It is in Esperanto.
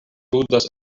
ludas